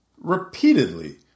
Repeatedly